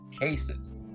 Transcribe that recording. cases